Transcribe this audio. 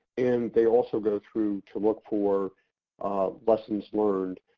and they also go through to look for lessons learned,